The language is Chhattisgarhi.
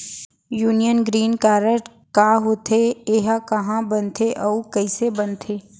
यूनियन ग्रीन कारड का होथे, एहा कहाँ बनथे अऊ कइसे बनथे?